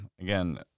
again